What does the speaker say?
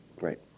Right